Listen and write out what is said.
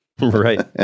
Right